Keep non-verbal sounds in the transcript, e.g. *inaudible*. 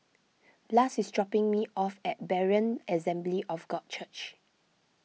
*noise* Blas is dropping me off at Berean Assembly of God Church